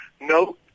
no